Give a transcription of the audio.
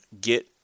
get